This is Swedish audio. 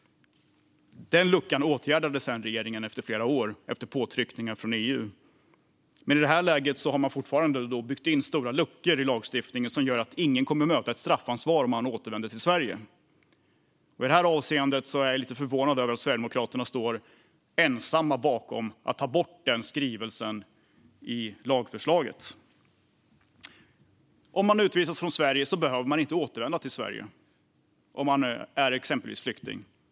Den luckan åtgärdade sedan regeringen efter flera år, efter påtryckningar från EU. Men i det här läget har man fortfarande byggt in stora luckor i lagstiftningen som gör att ingen kommer att möta ett straffansvar om man återvänder till Sverige. I det här avseendet är jag lite förvånad över att Sverigedemokraterna står ensamma bakom förslaget att ta bort den skrivningen i lagförslaget. Om man utvisas från Sverige behöver man inte återvända till Sverige om man är exempelvis flykting.